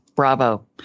Bravo